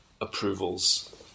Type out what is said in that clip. approvals